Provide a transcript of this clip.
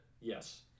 Yes